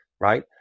right